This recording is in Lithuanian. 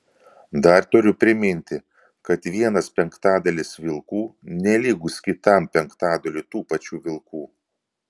dar turiu priminti kad vienas penktadalis vilkų nelygus kitam penktadaliui tų pačių vilkų